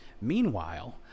meanwhile